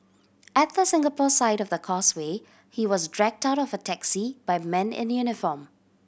at the Singapore side of the Causeway he was dragged out of a taxi by men in uniform